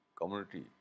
community